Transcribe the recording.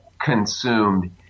consumed